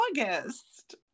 August